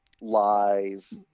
lies